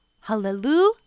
Hallelujah